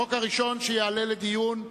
החוק הראשון שיעלה לדיון,